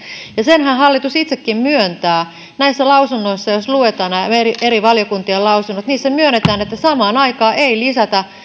senhän hallitus itsekin myöntää näissä lausunnoissa jos luetaan nämä eri eri valiokuntien lausunnot niissä myönnetään että samaan aikaan ei lisätä